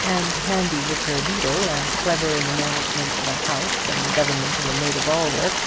and handy with her needle, and clever in the management of a house and the government of a maid-of-all-work